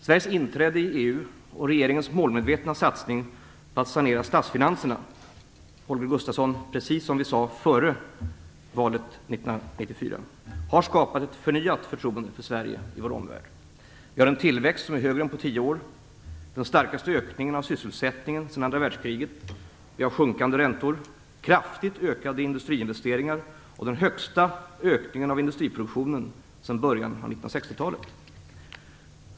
Sveriges inträde i EU och regeringens målmedvetna satsning på att sanera statsfinanserna - precis som vi sade före valet 1994, Holger Gustafsson - har skapat ett förnyat förtroende för Sverige i vår omvärld. Vi har en tillväxt som är högre än på tio år, den starkaste ökningen av sysselsättningen sedan andra världskriget, sjunkande räntor, kraftigt ökade industriiinvesteringar och den högsta ökningen av industriproduktionen sedan början av 1960-talet.